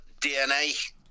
DNA